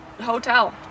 hotel